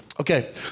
Okay